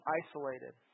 isolated